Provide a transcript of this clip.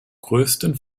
größten